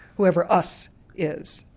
whoever us is,